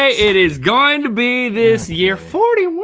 ah it is going to be this year. forty one,